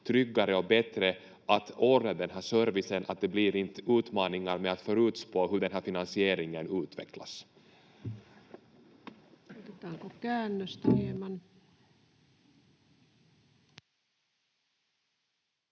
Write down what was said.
tryggare och bättre att ordna servicen, att det inte blir utmaningar med att förutspå hur finansieringen utvecklas.